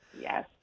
Yes